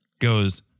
goes